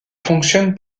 fonctionne